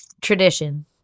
tradition